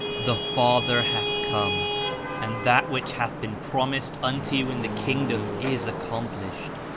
the father hath come and that which hath been promised unto you in the kingdom is accomplished.